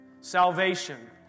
salvation